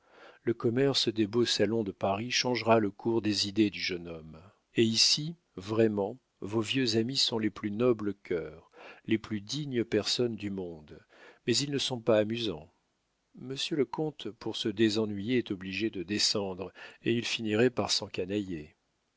le commerce des beaux salons de paris changera le cours des idées du jeune homme et ici vraiment vos vieux amis sont les plus nobles cœurs les plus dignes personnes du monde mais ils ne sont pas amusants monsieur le comte pour se désennuyer est obligé de descendre et il finirait par s'encanailler